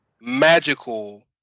magical